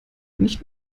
nicht